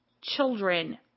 children